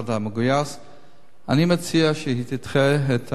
אני מציע שהיא תדחה את ההצעה בחודשיים,